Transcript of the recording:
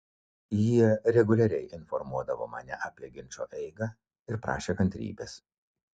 jie reguliariai informuodavo mane apie ginčo eigą ir prašė kantrybės